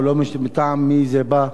או לא משנה מטעם מי זה בא,